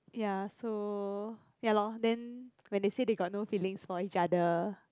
ya so ya lor then when they say they got no feelings for each other